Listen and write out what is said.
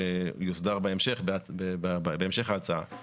שיוסדר בהמשך ההצעה,